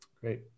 great